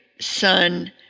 son